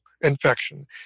infection